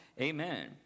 Amen